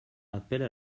appelle